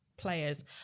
players